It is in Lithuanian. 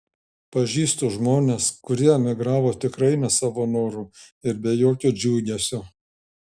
pažįstu žmones kurie emigravo tikrai ne savo noru ir be jokio džiugesio